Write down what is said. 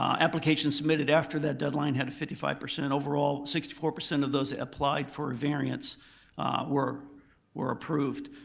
um applications submitted after that deadline had a fifty five percent overall. sixty four percent of those applied for a variance were were approved.